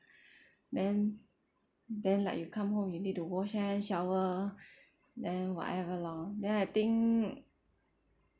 then then like you come home you need to wash hand shower then whatever loh then I think